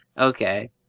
Okay